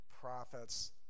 prophets